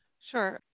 sure